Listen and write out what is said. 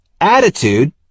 attitude